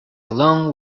alone